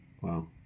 Wow